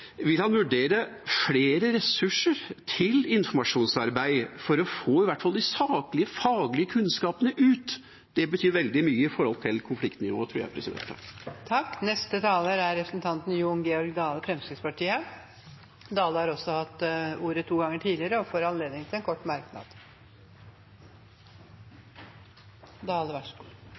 Vil han vurdere flere ressurser til informasjonsarbeid for å få i hvert fall de saklige faglige kunnskapene ut? Det betyr veldig mye med tanke på konfliktnivået. Representanten Jon Georg Dale har hatt ordet to ganger tidligere og får ordet til en kort merknad,